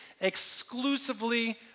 exclusively